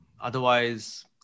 Otherwise